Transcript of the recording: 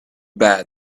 bed